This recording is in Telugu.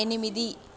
ఎనిమిది